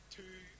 two